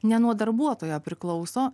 ne nuo darbuotojo priklauso